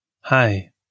hi